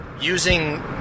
using